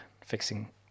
fixing